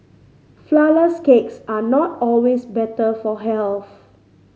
flourless cakes are not always better for health